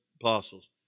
apostles